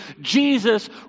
Jesus